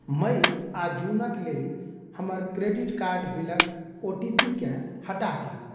मइ आओर जूनके लेल हमर क्रेडिट कार्ड बिलके ओ टी पी के हटा दिऔ